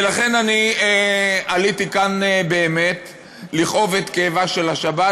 ולכן אני עליתי כאן באמת לכאוב את כאבה של השבת,